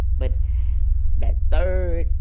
but that third,